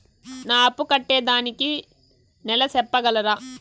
నా అప్పు కట్టేదానికి నెల సెప్పగలరా?